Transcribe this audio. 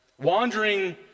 wandering